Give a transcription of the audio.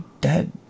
dead